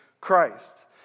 Christ